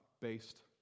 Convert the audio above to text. based